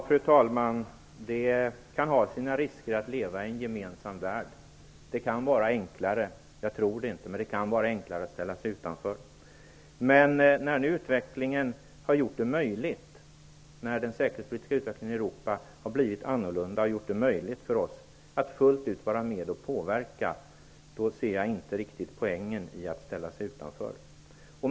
Fru talman! Det kan ha sina risker att leva i en gemensam värld. Det kan vara enklare, vilket jag emellertid inte tror, att ställa sig utanför. Men när den säkerhetspolitiska utvecklingen i Europa nu har blivit annorlunda och gjort det möjligt för oss att fullt ut vara med och påverka, då ser jag inte riktigt poängen i att ställa sig utanför.